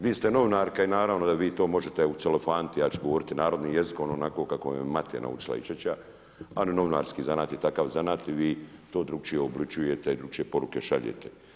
Vi ste novinarka i naravno da vi to možete ucelofaniti, ja ću govoriti narodnim jezikom, onako kako me je mater naučila i ćaća a novinarski zanat je takav zanat i vi to drukčije … i drukčije poruke šaljete.